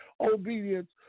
obedience